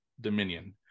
Dominion